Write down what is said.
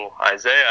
Isaiah